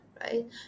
right